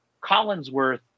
Collinsworth